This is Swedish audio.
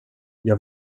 jag